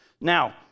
Now